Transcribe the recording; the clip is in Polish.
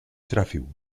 trafił